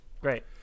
Great